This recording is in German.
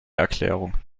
erklärung